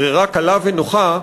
ברירה קלה ונוחה,